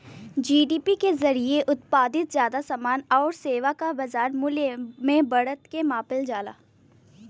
GDP के जरिये उत्पादित जादा समान आउर सेवा क बाजार मूल्य में बढ़त के मापल जाला